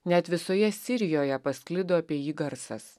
net visoje sirijoje pasklido apie jį garsas